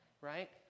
Right